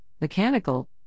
mechanical